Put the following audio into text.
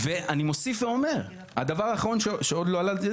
אני מוסיף ואומר, הדבר האחרון שעוד לא עלה,